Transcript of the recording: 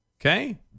Okay